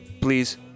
Please